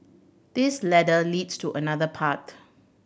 this ladder leads to another path